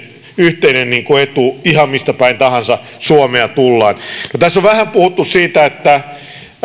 yhteinen etu ihan mistä päin tahansa suomea tullaan tässä on vähän puhuttu siitä